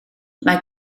mae